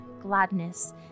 gladness